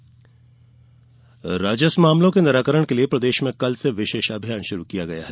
राजस्व मामले राजस्व मामलों के निराकरण के लिए प्रदेश में कल से विशेष अभियान शुरू किया गया है